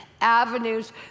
avenues